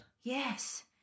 Yes